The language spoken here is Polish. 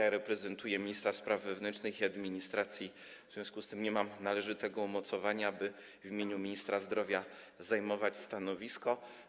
Ja reprezentuję ministra spraw wewnętrznych i administracji, w związku z tym nie mam należytego umocowania, by w imieniu ministra zdrowia zajmować stanowisko.